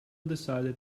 decided